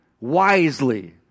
wisely